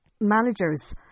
managers